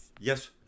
yes